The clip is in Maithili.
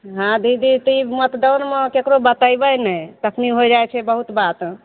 हाँ दीदी तऽ ई मतदानमे ककरो बतेबय नहि तखनी होइ जाइ छै बहुत बात